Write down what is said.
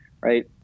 right